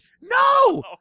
no